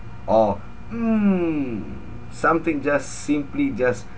or mm something just simply just